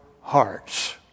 hearts